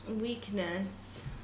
Weakness